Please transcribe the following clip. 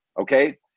okay